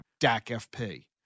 DACFP